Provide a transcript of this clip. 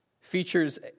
features